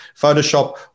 Photoshop